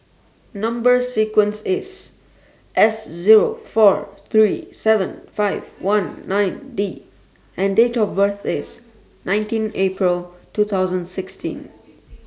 Number sequence IS S Zero four three seven five one nine D and Date of birth IS nineteen April two thousand sixteen